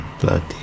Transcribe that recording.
bloody